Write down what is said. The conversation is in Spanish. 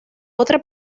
otra